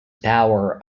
power